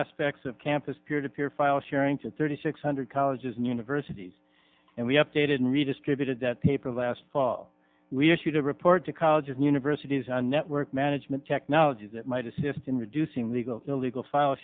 aspects of campus peer to peer file sharing to thirty six hundred colleges and universities and we updated and redistributed that paper last fall we issued a report to colleges and universities on network management technologies that might assist in reducing the illegal file